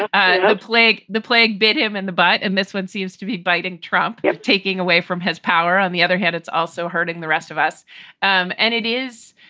ah a plague, the plague beat him in the butt. and this one seems to be biting trump taking away from his power. on the other hand, it's also hurting the rest of us um and it is